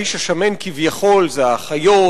האיש השמן כביכול זה האחיות,